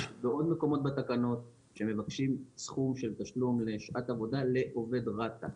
יש בעוד מקומות בתקנות שמבקשים סכום של תשלום לשעת עבודה לעובד רת"א.